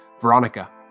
Veronica